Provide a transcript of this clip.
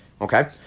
Okay